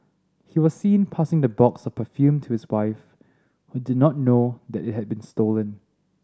he was seen passing the box of perfume to his wife who did not know that it had been stolen